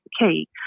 key